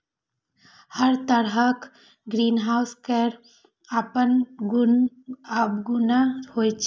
हर तरहक ग्रीनहाउस केर अपन गुण अवगुण होइ छै